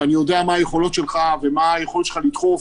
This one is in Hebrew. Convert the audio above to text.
ואני יודע מה היכולות שלך ומה היכולת שלך לדחוף,